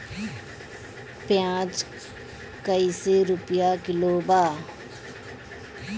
प्याज कइसे रुपया किलो बा?